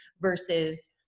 versus